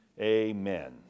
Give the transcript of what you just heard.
amen